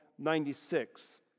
96